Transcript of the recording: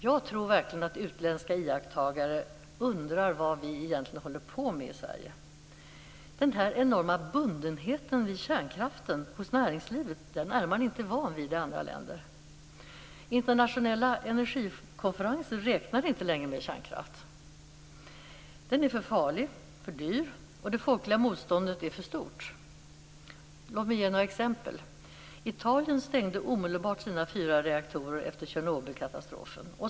Jag tror faktiskt att utländska iakttagare undrar vad vi i Sverige egentligen håller på med. Näringslivets enorma bundenhet vid kärnkraften är man inte van vid i andra länder. Internationella energikonferenser räknar inte längre med kärnkraften. Den är för farlig och för dyr, och det folkliga motståndet är för stort. Jag skall ge några exempel. Tjernobylkatastrofen.